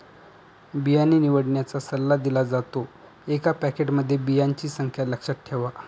बियाणे निवडण्याचा सल्ला दिला जातो, एका पॅकेटमध्ये बियांची संख्या लक्षात ठेवा